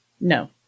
No